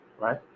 right